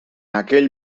aquell